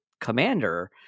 commander